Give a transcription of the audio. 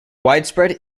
widespread